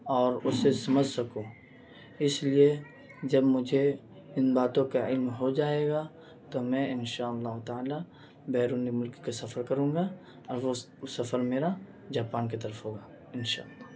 اور اسے سمجھ سکوں اس لیے جب مجھے ان باتوں کا علم ہو جائے گا تو میں انشاء اللہ تعالیٰ بیرون ملک کا سفر کروں گا ا وہ سفر میرا جاپان کی طرف ہوگا انشاء اللہ